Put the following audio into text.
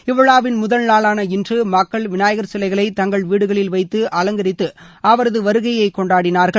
இவ்விழாவின் முதல்நாளான இன்று மக்கள் விநாயகர் சிலைகளை தங்கள் வீடுகளில் வைத்து அவங்கரித்து அவரது வருகையை கொண்டாடினார்கள்